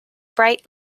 bright